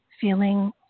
feeling